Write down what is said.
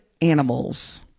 animals